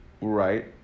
Right